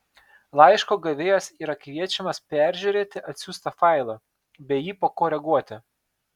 laiško gavėjas yra kviečiamas peržiūrėti atsiųstą failą bei jį pakoreguoti